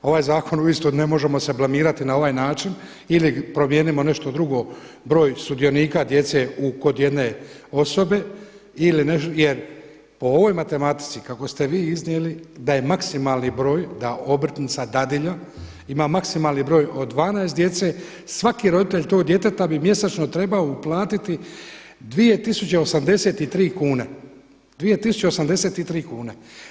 Ovaj zakon uistinu ne možemo se blamirati na ovaj način ili promijenimo nešto drugo broj sudionika djece kod jedne osobe jer po ovoj matematici kako ste vi iznijeli da je maksimalni broj da obrtnica, dadilja, ima maksimalni broj od 12 djece svaki roditelj tog djeteta bi mjesečno trebao uplatiti 2083 kune, 2083 kune.